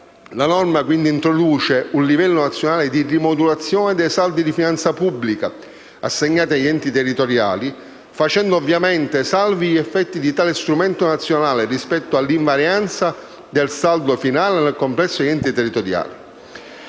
La norma introduce un livello nazionale di rimodulazione dei saldi di finanza pubblica assegnati agli enti territoriali, facendo ovviamente salvi gli effetti di tale strumento nazionale rispetto all'invarianza del saldo finale del complesso degli enti territoriali.